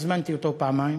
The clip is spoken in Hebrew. הזמנתי אותו פעמיים